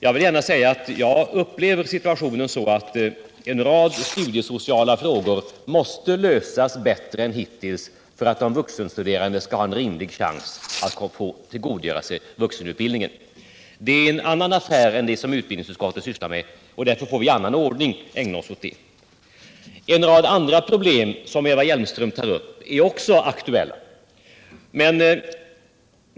Jag upplever själv situationen så, att en rad studiesociala frågor måste lösas bättre än hittills för att de vuxenstuderande skall ha en rimlig chans att tillgodogöra sig vuxenutbildningen. Det är emellertid en annan fråga än vad utbildningsutskottet nu sysslar med, och därför får vi i annan ordning ägna oss åt den saken. Flera andra problem som Eva Hjelmström tar upp är också aktuella.